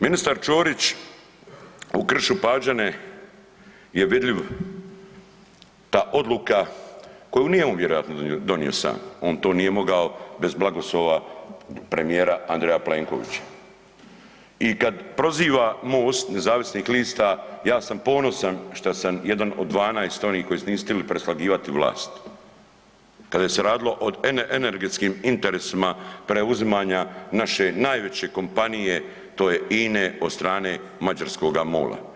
Ministar Ćorić u Kršu-Pađene je vidljiv ta odluka koju nije on vjerojatno donio sam, on to nije mogao bez blagoslova premijera Andreja Plenkovića i kad proziva MOST nezavisnih lista, ja sam ponosan šta sam jedan od 12 onih koji se nisu htili preslagivati vlast kada je se radilo o energetskim interesima preuzimanja naše najveće kompanije to je INE od strane mađarskoga MOL-a.